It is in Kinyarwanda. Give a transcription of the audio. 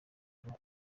kuba